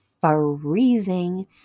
freezing